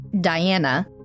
Diana